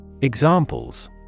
Examples